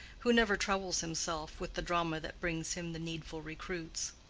who never troubles himself with the drama that brings him the needful recruits.